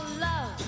love